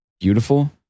beautiful